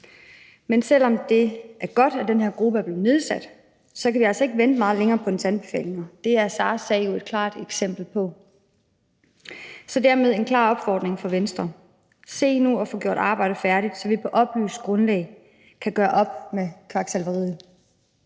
Selv om det er godt, at den her gruppe er blevet nedsat, kan vi altså ikke vente meget længere på dens anbefalinger. Det er Saras sag jo et klart eksempel på. Så dermed en klar opfordring fra Venstre: Se nu at få gjort arbejdet færdigt, så vi på et oplyst grundlag kan gøre op med kvaksalveriet.